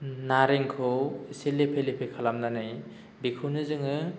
नारेंखौ एसे लेफे लेफे खालामनानै बेखौनो जोङो